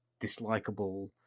dislikable